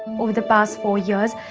over the past four years,